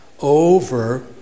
over